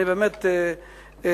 אני באמת מקווה,